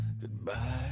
goodbye